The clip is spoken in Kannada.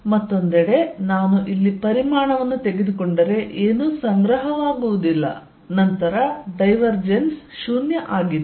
ಮತ್ತೊಂದೆಡೆ ನಾನು ಇಲ್ಲಿ ಪರಿಮಾಣವನ್ನು ತೆಗೆದುಕೊಂಡರೆ ಏನೂ ಸಂಗ್ರಹವಾಗುವುದಿಲ್ಲ ನಂತರ ಡೈವರ್ಜೆನ್ಸ್ 0 ಆಗಿದೆ